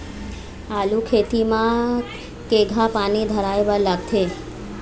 आलू खेती म केघा पानी धराए बर लागथे?